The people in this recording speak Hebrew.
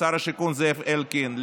לשר השיכון זאב אלקין,